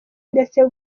ndetse